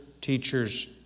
teachers